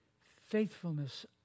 faithfulness